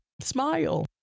smile